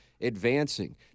advancing